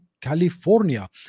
California